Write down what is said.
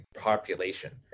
population